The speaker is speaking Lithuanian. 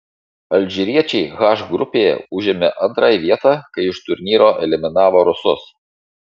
alžyriečiai h grupėje užėmė antrąją vietą kai iš turnyro eliminavo rusus